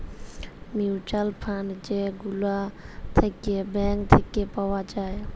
mutual fund যে গুলা থাক্যে ব্যাঙ্ক থাক্যে পাওয়া যায়